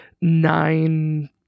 nine